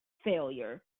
failure